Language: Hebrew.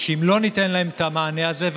שאם לא ניתן להם את המענה הזה,